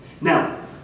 Now